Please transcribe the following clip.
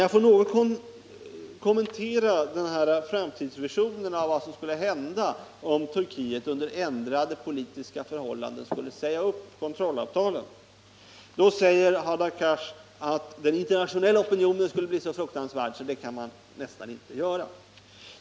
Låt mig något kommentera framtidsvisionen om vad som skulle hända om Turkiet under ändrade politiska förhållanden skulle säga upp kontrollavtalen. Hadar Cars säger att den internationella opinionen skulle bli så fruktansvärd att landet nästan inte kan göra det.